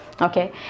Okay